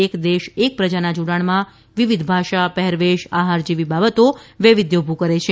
એક દેશ એક પ્રજાના જોડાણમાં વિવિધ ભાષા પહેરવેશ આહાર જેવી બાબતો વૈવિધ્ય ઉભું કરે છે